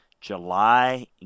July